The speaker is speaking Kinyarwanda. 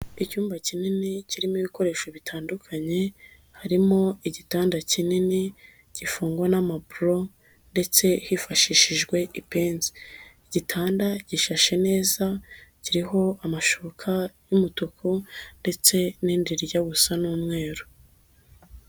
Icyumba kinini kirimo ibikoresho bitandukanye, harimo igitanda kinini gifungwa n'amaburo ndetse hifashishijwe ipensi. Igitanda gishashe neza kiriho amashuka y'umutuku ndetse n'irindi rijya gusa n'umweru.